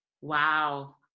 Wow